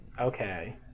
okay